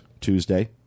Tuesday